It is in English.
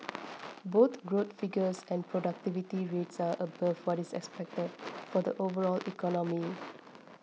both growth figures and productivity rates are above what is expected for the overall economy